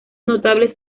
notable